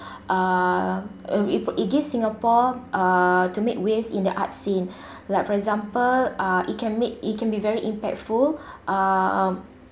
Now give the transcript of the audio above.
uh um it it gives singapore uh to make waves in the art scene like for example uh it can make it can be very impactful (um